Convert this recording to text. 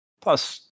Plus